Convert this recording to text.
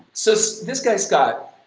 so this this guy scott,